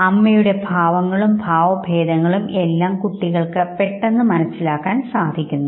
അമ്മയുടെ ഭാവങ്ങളും ഭാവഭേദങ്ങളും എല്ലാം കുട്ടികൾക്ക് പെട്ടെന്ന് മനസ്സിലാക്കാൻ സാധിക്കുന്നു